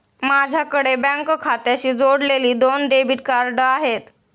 माझ्याकडे बँक खात्याशी जोडलेली दोन डेबिट कार्ड आहेत